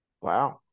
Wow